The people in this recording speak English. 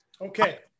Okay